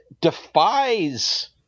defies